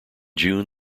june